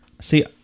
See